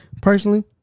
personally